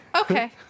Okay